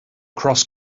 cross